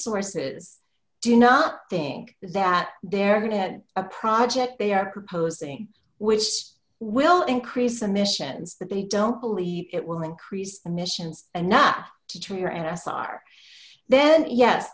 sources do not think that there has been a project they are proposing which will increase the missions that they don't believe it will increase the missions and not to tear and s are then yes